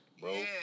Bro